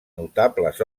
notables